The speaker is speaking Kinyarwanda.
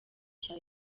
cya